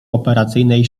operacyjnej